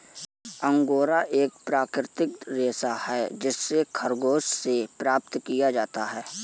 angora एक प्राकृतिक रेशा है जिसे खरगोश से प्राप्त किया जाता है